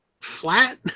flat